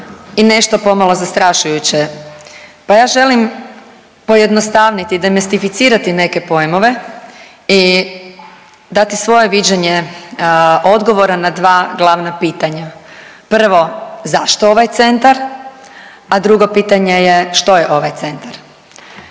i nešto pomalo zastrašujuće, pa ja želim pojednostavniti, demistificirati neke pojmove i dati svoje viđenje odgovora na dva glavna pitanja. Prvo zašto ovaj centra, a drugo pitanje je što je ovaj centar?